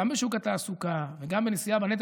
גם בשוק התעסוקה וגם בנשיאה בנטל.